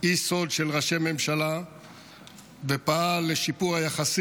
רפי אדרי היה איש סוד של ראשי ממשלה ופעל לשיפור היחסים